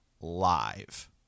live